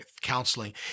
counseling